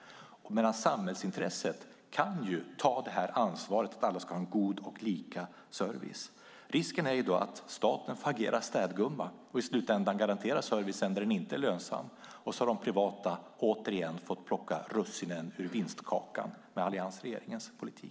Samhällsintresset kan ju ta det här ansvaret att alla ska ha god och lika service. Risken är då att staten får agera städgumma och i slutändan garantera servicen där den inte är lönsam. Då har de privata återigen fått plocka russinen ur vinstkakan med alliansregeringens politik.